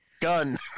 gun